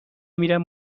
میرم